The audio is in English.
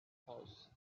house